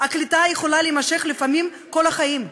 הקליטה יכולה להימשך לפעמים כל החיים.